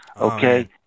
Okay